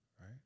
right